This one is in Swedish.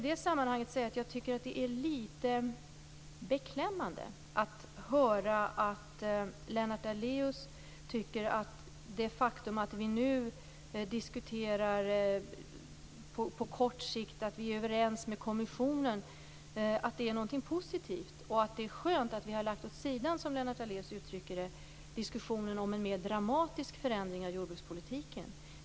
I det sammanhanget är det litet beklämmande att höra att Lennart Daléus tycker att det är något positivt att vi nu på kort sikt är överens med kommissionen. Han uttrycker det som att det är skönt att vi lagt diskussionen om en mer dramatisk förändring av jordbruket åt sidan.